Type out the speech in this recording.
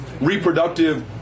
reproductive